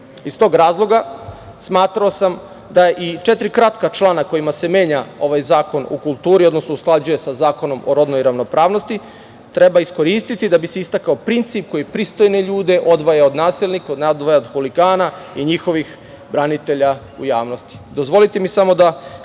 Iz tog razloga sam smatrao da i četiri kratka člana kojima se menja ovaj zakon, odnosno se usklađuje sa Zakonom o rodnoj ravnopravnost, treba iskoristi da bi se istakao princip koje pristojne ljude odvaja od nasilnika, huligana i njihovih branitelja u javnosti. Dozvolite